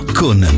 con